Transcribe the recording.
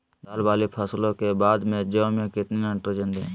दाल वाली फसलों के बाद में जौ में कितनी नाइट्रोजन दें?